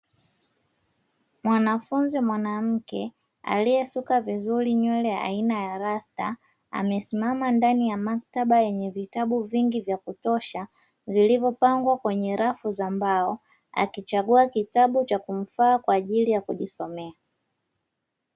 Mwanafunzi mwanamke aliyesuka vizuri nywele aina ya rasta amesimama ndani ya maktaba yenye vitabu vingi vya kutosha vilivyopangwa kwenye rafu za mbao akichagua kitabu cha kumfaa kwajili ya kujisomea.